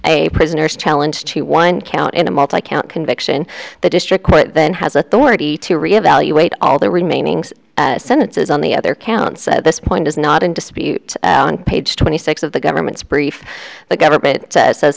a prisoner's challenge to one count in the multi county conviction the district then has authority to re evaluate all the remaining sentences on the other counts at this point is now not in dispute on page twenty six of the government's brief the government says